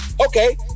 Okay